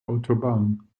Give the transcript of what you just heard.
autobahn